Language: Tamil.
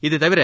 இதுதவிர